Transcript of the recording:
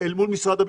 אל מול משרד הביטחון.